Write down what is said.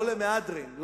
לא למהדרין.